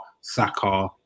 saka